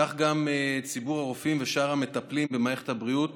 כך, גם ציבור הרופאים ושאר המטפלים במערכת הבריאות